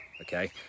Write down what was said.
okay